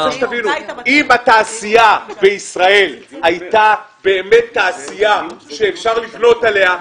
אם התעשייה בישראל הייתה באמת תעשייה שאפשר לבנות עליה,